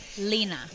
Lena